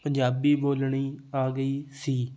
ਪੰਜਾਬੀ ਬੋਲਣੀ ਆ ਗਈ ਸੀ